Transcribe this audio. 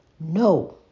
no